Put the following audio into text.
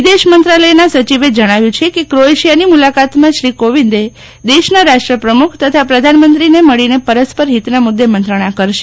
વિદેશ મંત્રાલયના સચિવે જણાવ્યું છે કે ક્રો એશિયાની મુલાકાતમાં શ્રી કોવિંદ એ દેશના રાષ્ટ્રપ્રમુખ તથા પ્રધાનમંત્રીને મળીને પરસ્પર હિતના મુદે મંત્રણા કરશે